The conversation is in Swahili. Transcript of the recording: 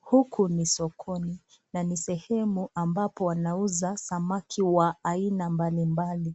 Huku ni sokoni na ni sehemu ambao wanaeza samaki Haina mbalimbali